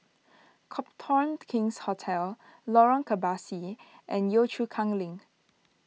Copthorne King's Hotel Lorong Kebasi and Yio Chu Kang Link